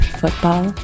football